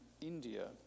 India